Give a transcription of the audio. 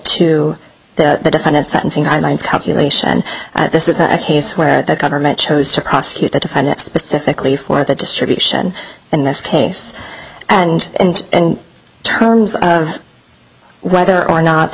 to the defendant sentencing guidelines calculation this is a case where the government chose to prosecute the defendant specifically for the distribution in this case and and and terms of whether or not the